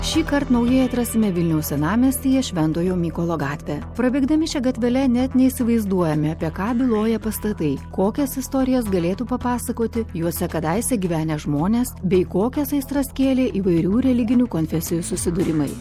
šįkart naujai atrasime vilniaus senamiestyje šventojo mykolo gatvę prabėgdami šia gatvele net neįsivaizduojame apie ką byloja pastatai kokias istorijas galėtų papasakoti juose kadaise gyvenę žmonės bei kokias aistras kėlė įvairių religinių konfesijų susidūrimai